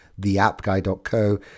theappguy.co